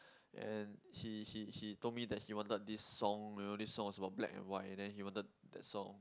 and he he he told me that he wanted this song you know this song is about black and white and then he wanted that song